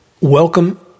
Welcome